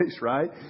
right